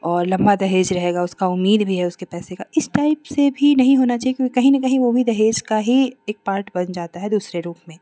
और लम्बा दहेज रहेगा उसका उम्मीद भी है उसके पैसे का इस तरह से भी नहीं होना चाहिए क्यों कहीं न कहीं दहेज का ही एक पार्ट बन जाता है दूसरे रूप में